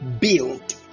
build